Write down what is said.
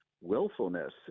willfulness